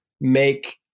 make